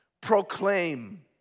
Proclaim